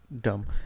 dumb